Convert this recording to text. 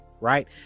right